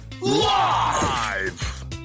Live